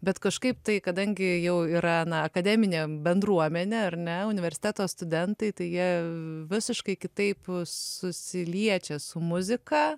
bet kažkaip tai kadangi jau yra na akademinė bendruomenė ar ne universiteto studentai tai jie visiškai kitaip susiliečia su muzika